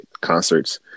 concerts